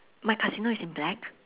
my casino is in black